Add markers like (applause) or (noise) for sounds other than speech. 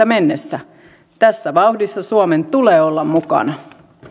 (unintelligible) mennessä tässä vauhdissa suomen tulee olla mukana